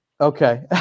Okay